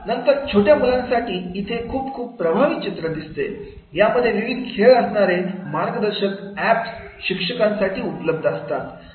नंतर छोट्या मुलांसाठी इथे खूप खूप प्रभावी चित्र दिसते यामध्ये विविध खेळ असणारे मार्गदर्शक एप शिक्षकांसाठी उपलब्ध असतात